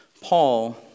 Paul